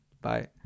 bye